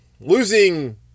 Losing